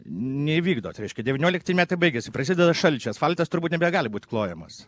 neįvykdot reiškia devyniolikti metai baigiasi prasideda šalčiai asfaltas turbūt nebegali būt klojamas